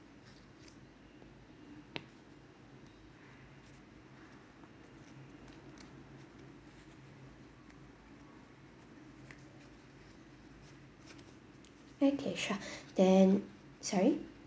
okay sure then sorry